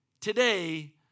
Today